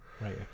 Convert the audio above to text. right